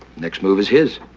next move is his.